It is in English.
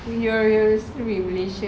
you're still in malaysia